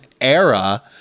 era